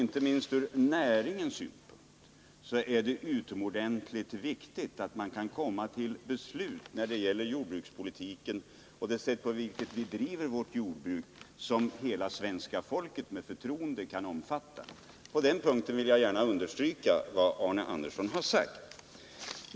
Inte minst sett från näringens egen synpunkt är det utomordentligt viktigt att man Nr 33 när det gäller jordbrukspolitiken och det sätt på vilket vi driver vårt jordbruk kan komma till beslut som hela svenska folket med förtroende kan omfatta. På den punkten vill jag gärna understryka vad Arne Andersson har sagt.